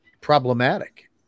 problematic